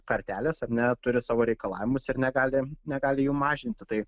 kartelės ar ne turi savo reikalavimus ir negali negali jų mažinti tai